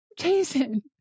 Jason